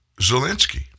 Zelensky